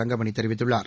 தங்கமணி தெரிவித்துள்ளார்